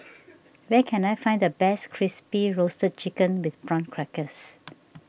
where can I find the best Crispy Roasted Chicken with Prawn Crackers